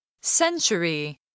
Century